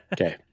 Okay